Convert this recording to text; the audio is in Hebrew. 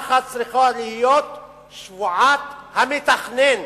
כך צריכה להיות שבועת המתכנן,